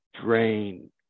drain